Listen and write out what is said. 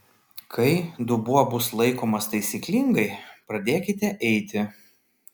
kai dubuo bus laikomas taisyklingai pradėkite eiti